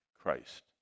Christ